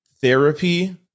Therapy